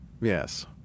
Yes